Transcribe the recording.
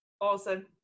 Awesome